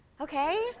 Okay